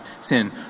sin